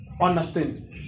understand